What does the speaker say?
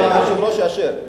אם היושב-ראש יאשר.